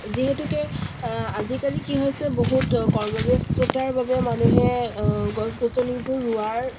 যিহেতুকে আজিকালি কি হৈছে বহুত কৰ্ম ব্যস্ততাৰ বাবে মানুহে গছ গছনিবোৰ ৰোৱাৰ